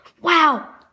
Wow